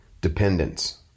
dependence